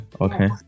okay